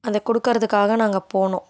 அதை கொடுக்கறதுக்காக நாங்கள் போனோம்